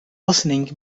listening